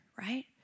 right